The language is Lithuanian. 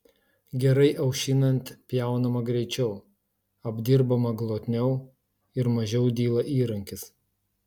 gerai aušinant pjaunama greičiau apdirbama glotniau ir mažiau dyla įrankis